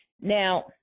Now